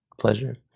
pleasure